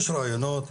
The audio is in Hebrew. יש רעיונות.